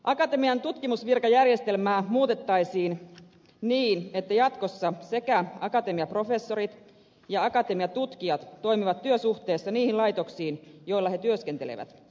akatemian tutkimusvirkajärjestelmää muutettaisiin niin että jatkossa akatemiaprofessorit ja akatemiatutkijat toimivat työsuhteessa niihin laitoksiin joissa he työskentelevät